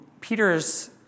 Peter's